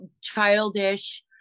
childish